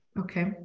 Okay